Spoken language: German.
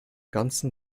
ganzen